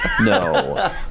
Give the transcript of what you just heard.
No